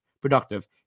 productive